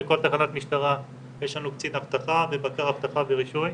בכל תחנת משטרה יש לנו קצין אבטחה ובקר אבטחה ורישוי,